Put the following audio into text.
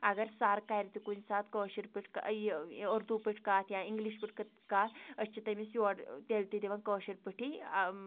اَگر سَر کَرِ تہِ کُنہِ ساتہٕ کٲشِر پٲٹھۍ یہِ اُردو پٲٹھۍ کَتھ یا اِنگلِش پٲٹھی کَتھ أسۍ چھِ تٔمِس یورٕ تیٚلہِ تہِ دِوان کٲشِر پٲٹھی